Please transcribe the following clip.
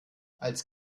als